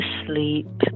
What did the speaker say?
sleep